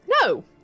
No